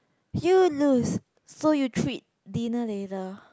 you lose so you treat dinner later